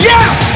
Yes